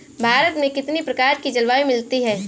भारत में कितनी प्रकार की जलवायु मिलती है?